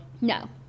no